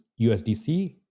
USDC